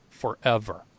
forever